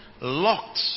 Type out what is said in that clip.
locked